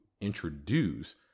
introduce